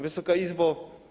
Wysoka Izbo!